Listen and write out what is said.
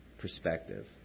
perspective